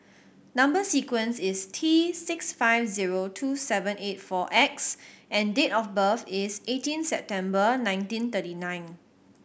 number sequence is T six five zero two seven eight four X and date of birth is eighteen September nineteen thirty nine